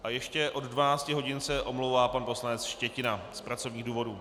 A ještě od 12 hodin se omlouvá pan poslanec Štětina z pracovních důvodů.